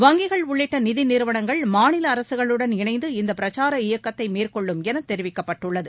வங்கிகள் உள்ளிட்ட நிதி நிறுவனங்கள் மாநில அரசுகளுடன் இணைந்து இந்தப் பிரச்சார இயக்கத்தை மேற்கொள்ளும் என தெரிவிக்கப்பட்டுள்ளது